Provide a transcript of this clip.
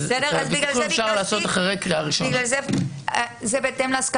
זה בהתאם להסכמות שלכם עם ועדת שרים.